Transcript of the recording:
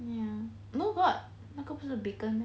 ya no got 那个不是 bacon meh